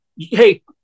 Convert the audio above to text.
hey